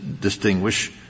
distinguish –